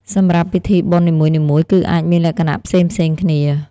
សម្រាប់ពិធីបុណ្យនីមួយៗគឺអាចមានលក្ខណៈផ្សេងៗគ្នា។